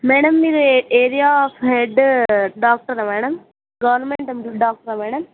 madam మీరు area of head డాక్టరా madam government employ డాక్టరా మ్యాడమ్